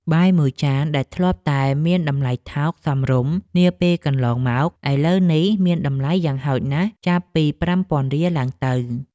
បាយមួយចានដែលធ្លាប់តែមានតម្លៃថោកសមរម្យនាពេលកន្លងមក ឥឡូវនេះមានតម្លៃយ៉ាងហោចណាស់ចាប់ពីប្រាំពាន់រៀលឡើងទៅ។